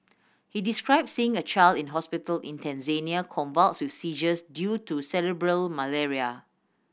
he described seeing a child in a hospital in Tanzania convulsed with seizures due to cerebral malaria